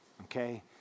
Okay